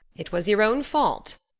it was your own fault,